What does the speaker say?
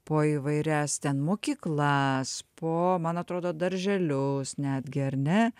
po įvairias ten mokyklas po man atrodo darželius netgi ar ne